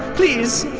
please!